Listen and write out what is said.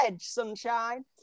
sunshine